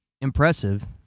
Impressive